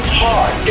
hard